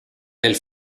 del